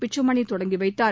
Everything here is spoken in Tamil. பிச்சுமணி தொடங்கி வைத்தார்